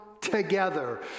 together